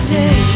day